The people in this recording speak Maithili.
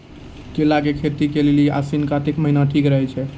केला के खेती के लेली आसिन कातिक महीना ठीक रहै छै